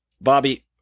Bobby